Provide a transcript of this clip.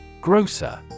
Grocer